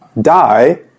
die